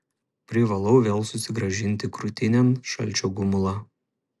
privalau vėl susigrąžinti krūtinėn šalčio gumulą